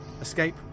Escape